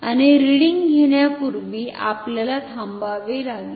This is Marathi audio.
आणि रिडिंग घेण्यापूर्वी आपल्याला थांबावे लागेल